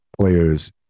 players